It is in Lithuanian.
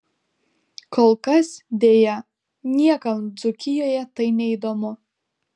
kol kas deja niekam dzūkijoje tai neįdomu